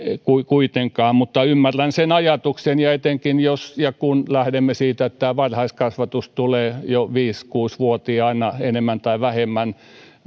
kuitenkaan mutta ymmärrän sen ajatuksen etenkin jos ja kun lähdemme siitä että tämä varhaiskasvatus tulee jo viisi viiva kuusi vuotiaana enemmän tai vähemmän